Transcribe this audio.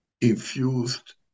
infused